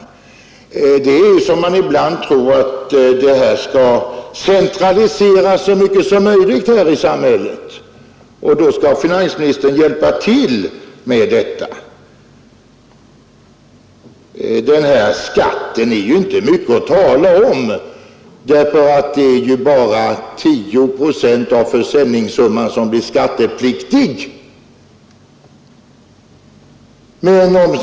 Ibland kan man tro att det skall centraliseras så mycket som möjligt i samhället, och då vill finansministern hjälpa till med detta. Den här skatten är egentligen inte mycket att tala om, eftersom bara 10 procent av försäljningssumman är skattepliktig, även om skattebefrielse icke beviljas och aktierna innehafts i fem år.